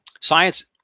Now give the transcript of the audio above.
science